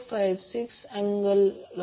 454 angle वजा 10